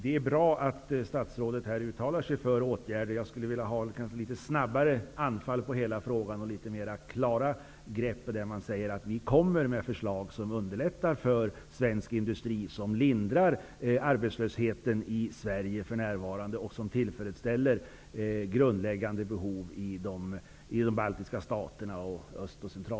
1992 års katastrofala skördeskador i stora delar av södra Sverige har medfört att pressen på mindre och medelstora jordbruksföretag är av en sådan omfattning att regeringen inte kan komma ifrån sitt ansvar i enlighet med riksdagsbeslutet (JoU Drabbade jordbrukare har inte ekonomiska förutsättningar att köpa stödfoder.